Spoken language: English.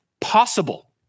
possible